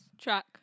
track